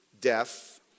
death